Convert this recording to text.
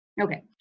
Okay